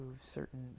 certain